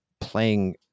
playing